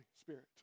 Spirit